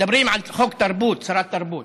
מדברים על חוק תרבות, שרת התרבות.